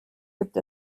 gibt